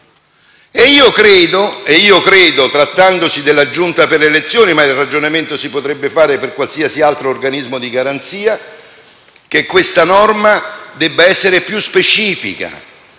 Io credo, trattandosi della Giunta per le elezioni (ma il ragionamento si potrebbe fare per qualsiasi altro organismo di garanzia), che questa norma debba essere più specifica